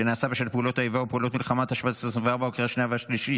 חוק ומשפט לצורך הכנתה לקריאה השנייה והשלישית.